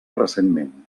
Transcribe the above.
recentment